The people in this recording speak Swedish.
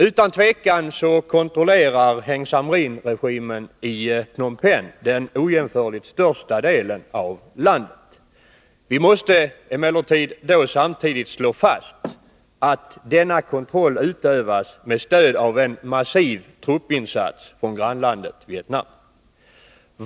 Utan tvivel kontrollerar Heng Samrin-regimen i Phnom Penh den ojämförligt största delen av landet. Vi måste emellertid slå fast att denna kontroll utövas med stöd av en massiv truppinsats från grannlandet Vietnam.